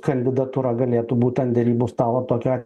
kandidatūra galėtų būt ant derybų stalo tokia